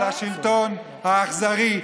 על השלטון האכזרי,